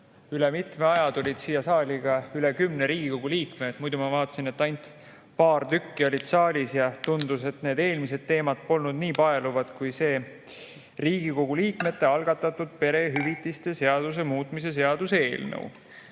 üle mitme aja tuli siia saali üle kümne Riigikogu liikme. Muidu ma vaatasin, et ainult paar tükki olid saalis, ja tundus, et need eelmised teemad polnud nii paeluvad kui see Riigikogu liikmete algatatud perehüvitiste seaduse muutmise seaduse eelnõu.